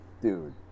dude